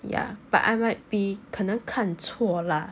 ya but I might be 可能看错 lah